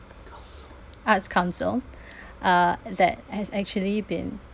s~ arts council uh that has actually been